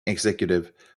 executive